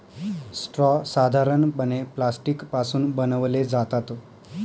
straw साधारणपणे plastic पासून बनवले जातात